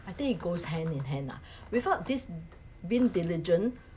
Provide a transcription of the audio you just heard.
I think it goes hand in hand lah without this being diligent